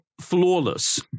flawless